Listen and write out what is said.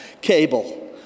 cable